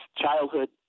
childhood